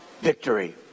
victory